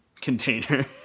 container